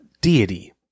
deity